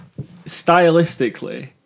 Stylistically